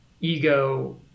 ego